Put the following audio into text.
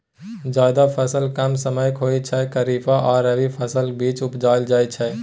जाएद फसल कम समयक होइ छै खरीफ आ रबी फसलक बीच उपजाएल जाइ छै